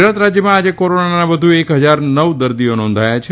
ગુજરાત રાજ્યમાં આજે કોરોનાના વધુ એક હજાર નવ દર્દીઓ નોંધાયા છે